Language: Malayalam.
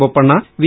ബൊപ്പണ്ണ വി